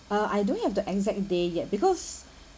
uh I don't have the exact day yet because